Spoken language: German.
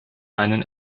einen